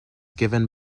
given